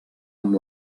amb